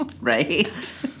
right